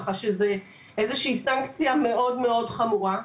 ככה שזו סנקציה מאוד חמורה.